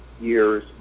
years